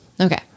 Okay